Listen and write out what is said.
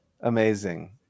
amazing